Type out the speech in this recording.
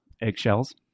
Eggshells